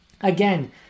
again